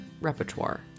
repertoire